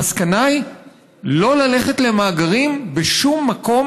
המסקנה היא לא ללכת למאגרים בשום מקום